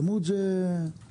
כמות זה לסוכר,